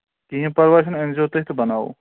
کِہیٖنٛۍ پَرواے چھُنہٕ أنۍزیو تُہۍ تہٕ بَناوو